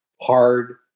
hard